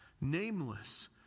nameless